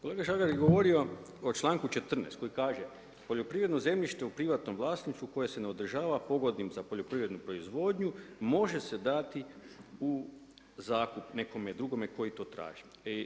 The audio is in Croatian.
Kolega Žagar je govorio o čl.14. koji kaže poljoprivredno zemljište u privatnom vlasništvu koje se ne održava pogodnim za poljoprivrednu proizvodnju, može se dati u zakup nekome drugome koji to traži.